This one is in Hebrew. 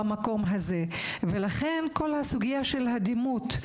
לכל הסוגיה של הדימות,